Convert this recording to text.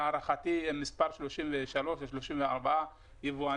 להערכתי הם 33 או 34 יבואנים.